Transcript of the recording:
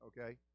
okay